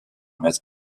mettre